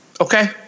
Okay